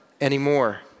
anymore